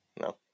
No